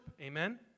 Amen